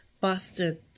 Boston